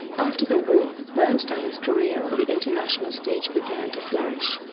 after the war, bernstein's career on the international stage began to flourish.